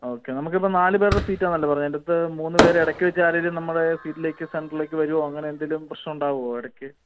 ആ ഓക്കെ നമുക്ക് ഇപ്പം നാല് പേരുടെ സീറ്റാണല്ലോ പറഞ്ഞത് അതിനകത്ത് മൂന്ന് പേര് ഇടക്ക് വെച്ച് ആരേലും നമ്മുടെ സീറ്റിലേക്ക് സെൻറ്ററിലേക്ക് വരുവോ അങ്ങനെ എന്തെങ്കിലും പ്രശ്നം ഉണ്ടാകുമോ ഇടക്ക്